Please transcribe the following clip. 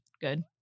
good